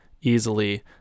easily